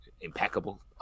impeccable